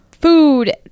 food